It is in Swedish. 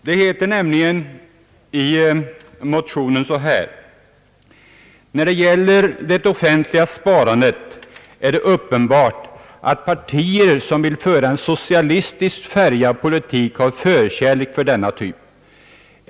Det heter nämligen i motionerna: »När det gäller det offentliga sparandet är det uppenbart att partier som vill föra en socialistiskt färgad politik har förkär lek för denna typ.